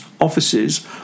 offices